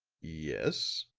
yes?